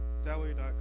salary.com